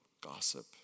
gossip